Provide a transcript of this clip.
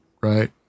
right